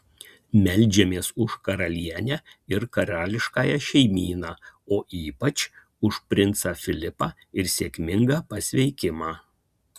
meldžiamės už karalienę ir karališkąją šeimyną o ypač už princą filipą ir sėkmingą pasveikimą